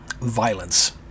violence